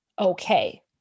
okay